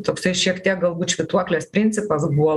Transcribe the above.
toksai šiek tiek galbūt švytuoklės principas buvo